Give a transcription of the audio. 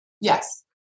Yes